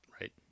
right